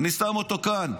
אני שם אותו כאן,